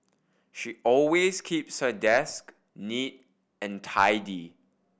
she always keeps her desk neat and tidy